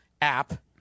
app